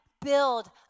build